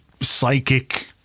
psychic